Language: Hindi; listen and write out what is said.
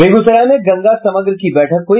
बेगूसराय में गंगा समग्र की बैठक हुई